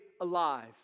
alive